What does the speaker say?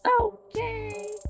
okay